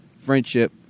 Friendship